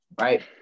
right